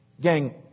Gang